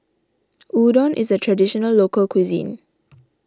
Udon is a Traditional Local Cuisine